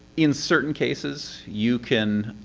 in certain cases, you can.